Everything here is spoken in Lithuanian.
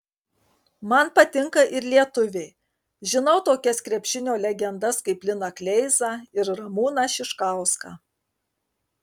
man patinka ir lietuviai žinau tokias krepšinio legendas kaip liną kleizą ir ramūną šiškauską